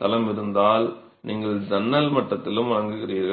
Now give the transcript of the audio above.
தளம் இருந்தால் நீங்கள் சன்னல் மட்டத்திலும் வழங்குகிறீர்கள்